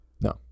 No